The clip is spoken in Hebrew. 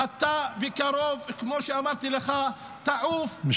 בקרוב אתה, כמו שאמרתי לך -- משפט.